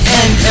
end